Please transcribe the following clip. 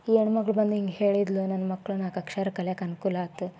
ಈ ಹೆಣ್ಮಗಳು ಬಂದು ಹಿಂಗೆ ಹೇಳಿದ್ಳು ನನ್ನ ಮಕ್ಳು ನಾಲ್ಕು ಅಕ್ಷರ ಕಲಿಯಕ್ಕೆ ಅನುಕೂಲ ಆತು